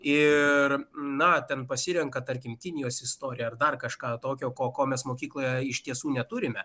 ir na tam pasirenka tarkim kinijos istoriją ar dar kažką tokio ko ko mes mokykloje iš tiesų neturime